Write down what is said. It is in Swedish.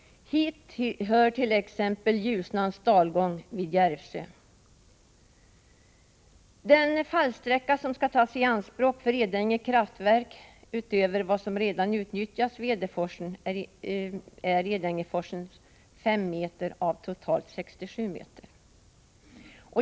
Hit hör t.ex. Ljusnans dalgång vid Järvsö. Den fallsträcka som skall tas i anspråk för Edänge kraftverk utöver vad som redan utnyttjas vid Edeforsen är Edängeforsens 5 meter av totalt 67 meter.